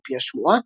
על פי השמועה,